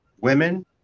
women